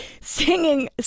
Singing